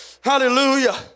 Hallelujah